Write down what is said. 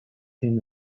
him